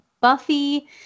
Buffy